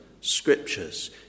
scriptures